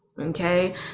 okay